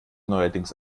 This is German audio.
neuerdings